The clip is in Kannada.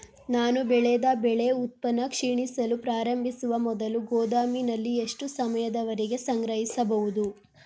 ನಾನು ಬೆಳೆದ ಬೆಳೆ ಉತ್ಪನ್ನ ಕ್ಷೀಣಿಸಲು ಪ್ರಾರಂಭಿಸುವ ಮೊದಲು ಗೋದಾಮಿನಲ್ಲಿ ಎಷ್ಟು ಸಮಯದವರೆಗೆ ಸಂಗ್ರಹಿಸಬಹುದು?